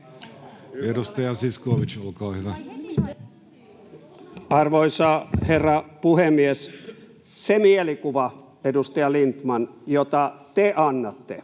sai puheenvuoron!] Arvoisa herra puhemies! Se mielikuva, edustaja Lindtman, jota te annatte